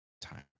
time